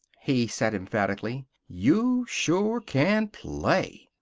he said, emphatically, you sure can play!